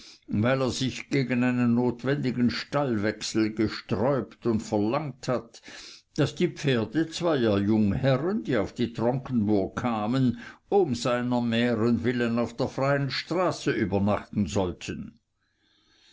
weil er sich gegen einen notwendigen stallwechsel gesträubt und verlangt hat daß die pferde zweier jungherren die auf die tronkenburg kamen um seiner mähren willen auf der freien straße übernachten sollten